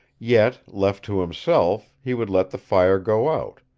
yet, left to himself, he would let the fire go out,